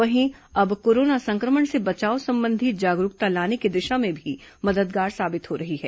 वहीं अब कोरोना संक्रमण से बचाव संबंधी जागरूकता लाने की दिशा में भी मददगार साबित हो रही है